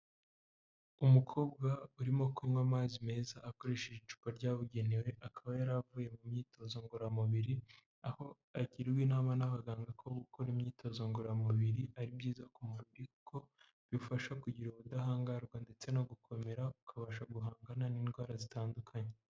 Umukobwa urimo kunywa amazi meza akoresheje icupa ryabugenewe akaba yaravuye mu myitozo ngororamubiri aho agirwa inama n'abaganga ko gukora imyitozo ngororamubiri ari byiza ku mubiri kuko bifasha kugira ubudahangarwa ndetse no gukomera ukabasha guhangana n'indwara zitandukanye.